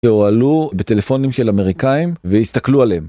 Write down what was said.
הועלו בטלפונים של אמריקאים והסתכלו עליהם.